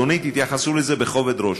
אדוני, תתייחסו לזה בכובד ראש.